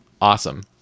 awesome